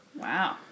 Wow